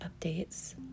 updates